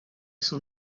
son